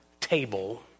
table